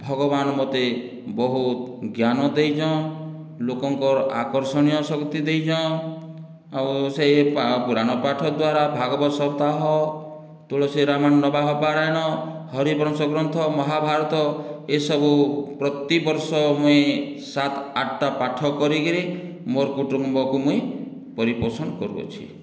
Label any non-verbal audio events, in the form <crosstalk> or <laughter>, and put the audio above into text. ଭଗବାନ ମତେ ବହୁତ ଜ୍ଞାନ ଦେଇଚନ୍ ଲୋକଙ୍କର ଆକର୍ଷଣୀୟ ଶକ୍ତି ଦେଇଚନ୍ ଆଉ ସେହି ପୁରାଣ ପାଠ ଦ୍ଵାରା ଭାଗବତ ସପ୍ତାହ ତୁଳସୀ ରାମାୟଣ <unintelligible> ପାରାୟଣ ହରିବଂଶ ଗ୍ରନ୍ଥ ମହାଭାରତ ଏଇ ସବୁ ପ୍ରତିବର୍ଷ ମୁଇଁ ସାତ୍ ଆଠଟା ପାଠ କରିକରି ମୋର୍ କୁଟୁମ୍ବକୁ ମୁଇଁ ପରିପୋଷଣ କରୁଅଛି